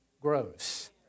grows